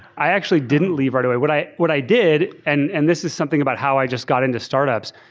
i actually didn't leave right away. what i what i did, and and this is something about how i just got into startups,